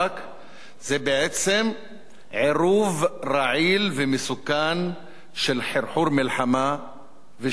בעצם עירוב רעיל ומסוכן של חרחור מלחמה ושחיתות פוליטית.